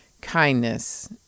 kindness